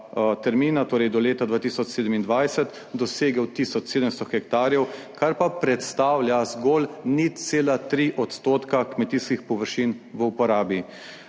termina, torej do leta 2027, dosegel tisoč 700 hektarjev, kar pa predstavlja zgolj 0,3 % kmetijskih površin v uporabi.